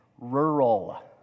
Rural